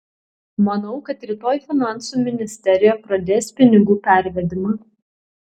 manau kad rytoj finansų ministerija pradės pinigų pervedimą